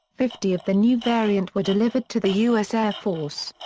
fifty of the new variant were delivered to the u s. air force.